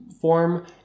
form